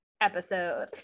episode